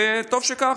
וטוב שכך,